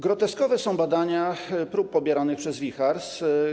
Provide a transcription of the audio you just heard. Groteskowe są badania prób pobieranych przez WIJHARS.